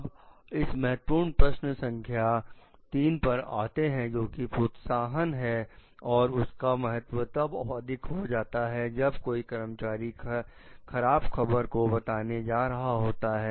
अब हम महत्वपूर्ण प्रश्न संख्या 3 पर आते हैं जोकि प्रोत्साहन है और उसका महत्व तब अधिक हो जाता है जब कोई कर्मचारी खराब खबर को बताने जा रहा होता है